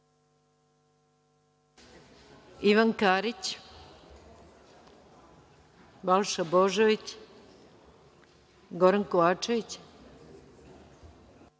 Ivan Karić, Balša Božović, Goran Kovačević. Goran